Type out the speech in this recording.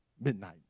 midnight